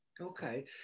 Okay